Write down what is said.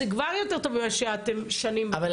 זה כבר יותר טוב מאשר מה שאתן שנים מחכות --- אבל